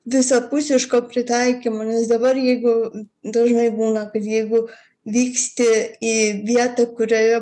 visapusiško pritaikymo nes dabar jeigu dažnai būna kad jeigu vyksti į vietą kurioje